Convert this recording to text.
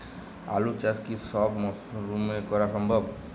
আলু চাষ কি সব মরশুমে করা সম্ভব?